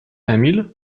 emil